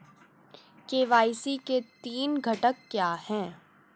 KYC के तीन घटक क्या हैं?